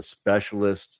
specialist